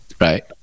right